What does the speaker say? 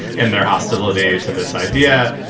and their hostility to this idea.